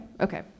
Okay